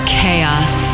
chaos